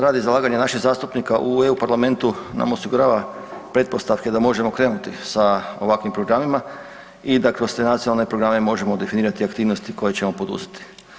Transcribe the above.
Rad i zalaganje naših zastupnika u EU parlamentu nam osigurava pretpostavke da možemo krenuti sa ovakvim programima i da kroz te nacionalne programe možemo definirati aktivnosti koje ćemo poduzeti.